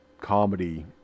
comedy